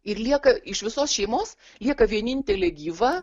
ir lieka iš visos šeimos lieka vienintelė gyva